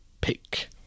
pick